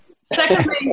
Secondly